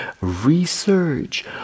research